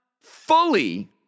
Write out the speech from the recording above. fully